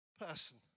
person